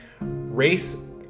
Race